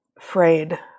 frayed